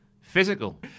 Physical